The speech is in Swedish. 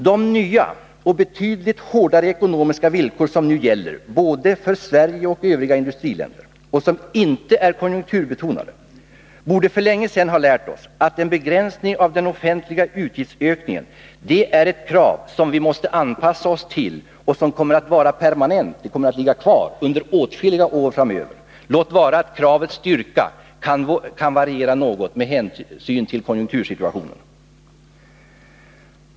De nya och betydligt hårdare ekonomiska villkor som nu gäller, både för Sverige och för övriga industriländer och som inte är konjunkturbetonade, borde för länge sedan ha lärt oss att en begränsning av den offentliga utgiftsökningen är ett krav som vi måste anpassa oss till och som kommer att vara permanent — det kommer att ligga kvar under åtskilliga år framöver — låt vara att kravets styrka möjligen kan variera något med hänsyn till konjunktursituationen.